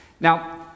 Now